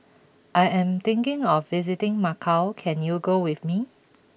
I am thinking of visiting Macau can you go with me